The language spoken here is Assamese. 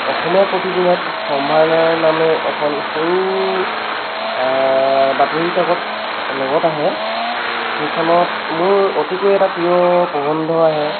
অসমীয়া প্ৰতিদিনত সম্ভাৰ নামে এখন সৰু ব আতৰি কাকত লগত আহে সেইখনত মোৰ অতিকৈ এটা প্ৰিয় প্ৰৱন্ধ আহে